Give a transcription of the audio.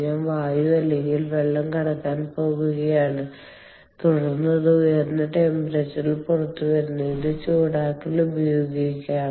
ഞാൻ വായു അല്ലെങ്കിൽ വെള്ളം കടക്കാൻ പോകുകയാണ് തുടർന്ന് ഇത് ഉയർന്ന ടെമ്പറേച്ചറിൽ പുറത്തുവരുന്നു ഇത് ചൂടാക്കാൻ ഉപയോഗിക്കാം